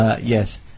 Yes